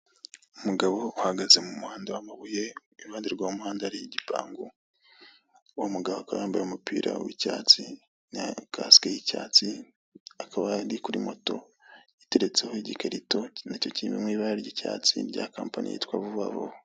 Umugabo uhagaze mu muhanda w'amabuye, iruhande rw'uwo muhanda hakaba hari igipangu, uwo mugabo akaba yambaye umupira w'icyatsi na kasike y'icyatsi, akaba ari kuri moto iteretseho igikarito nacyo kiri mu ibara ry'icyatsi rya kampani yitwa vuba vuba.